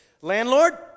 Landlord